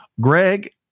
Greg